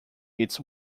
its